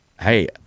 Hey